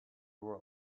world